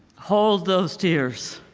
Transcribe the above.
hole those tears,